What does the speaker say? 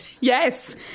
Yes